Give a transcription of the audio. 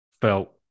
felt